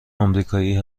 آمریکایی